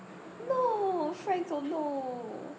no frankel no